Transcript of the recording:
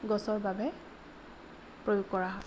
গছৰ বাবে প্ৰয়োগ কৰা হয়